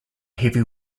heavy